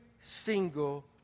single